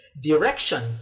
Direction